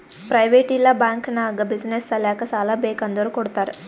private ಇಲ್ಲಾ bank ನಾಗ್ business ಸಲ್ಯಾಕ್ ಸಾಲಾ ಬೇಕ್ ಅಂದುರ್ ಕೊಡ್ತಾರ್